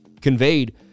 conveyed